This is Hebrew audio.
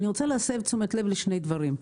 אני רוצה להסב את תשומת הלב לשני דברים.